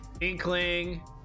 Inkling